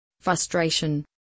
frustration